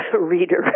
reader